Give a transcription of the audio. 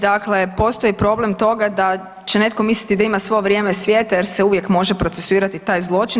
Dakle, postoji problem toga da će netko misliti da ima svo vrijeme svijeta jer se uvijek može procesuirati taj zločin.